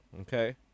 Okay